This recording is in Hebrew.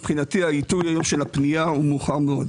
מבחינתי העיתוי של הפנייה הוא מאוחר מאוד.